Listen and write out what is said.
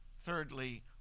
thirdly